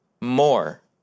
more